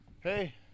Hey